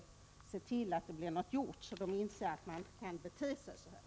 Se till att det blir något gjort, så att politikerna inser att man inte kan bete sig på detta sätt.